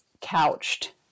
couched